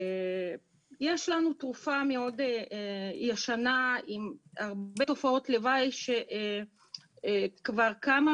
יש לנו תרופה מאוד ישנה עם הרבה תופעות לוואי שכבר כמה